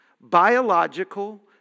biological